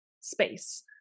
space